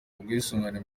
ubwisungane